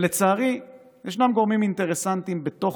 לצערי, יש גורמים אינטרסנטיים גם